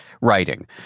writing